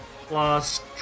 plus